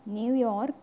New York